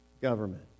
government